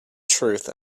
truth